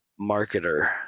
marketer